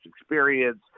experience